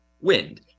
wind